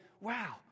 wow